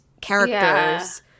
characters